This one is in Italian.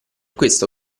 questo